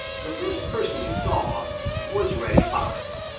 the first person he saw was reddy fox.